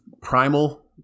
primal